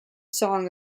song